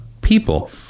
people